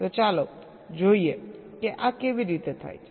તો ચાલો જોઈએ કે આ કેવી રીતે થાય છે